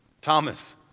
Thomas